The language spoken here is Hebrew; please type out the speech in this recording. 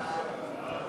בקשת